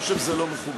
אני חושב שזה לא מכובד.